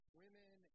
women